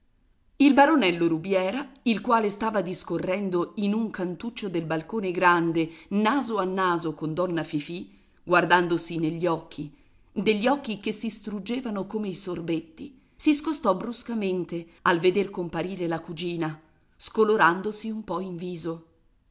cotone il baronello rubiera il quale stava discorrendo in un cantuccio del balcone grande naso a naso con donna fifì guardandosi negli occhi degli occhi che si struggevano come i sorbetti si scostò bruscamente al veder comparire la cugina scolorandosi un po in viso